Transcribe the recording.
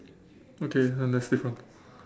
okay then that's different